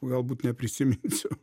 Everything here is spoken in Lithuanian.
galbūt neprisiminsiu